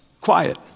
Quiet